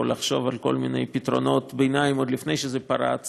או לחשוב על כל מיני פתרונות ביניים עוד לפני שזה פרץ